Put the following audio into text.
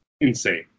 insane